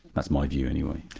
that's my view, anyway.